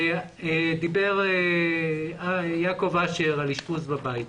דיבר יעקב אשר על אשפוז בבית.